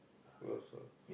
who also